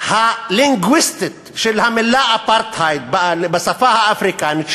הלינגוויסטית של המילה אפרטהייד בשפה האפריקנית,